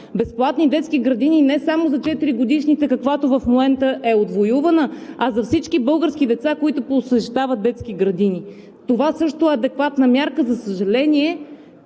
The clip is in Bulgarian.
Безплатни детски градини не само за четиригодишните, каквато в момента е отвоювана, а за всички български деца, които посещават детски градини. Това също е адекватна мярка. За съжаление,